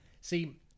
See